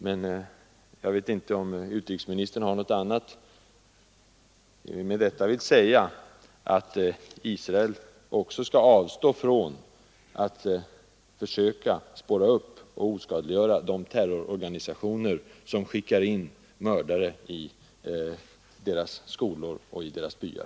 Men jag vet inte om utrikesministern med detta vill säga att Israel också skall avstå från att försöka spåra upp och oskadliggöra de terrororganisationer som skickar in mördare i Israels skolor och byar.